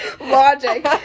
logic